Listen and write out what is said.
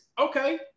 Okay